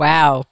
Wow